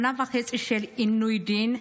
שנה וחצי של עינוי דין,